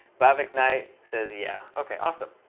bhavik knight says, yeah. ok, awesome.